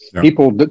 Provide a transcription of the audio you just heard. People